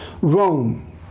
Rome